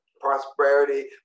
prosperity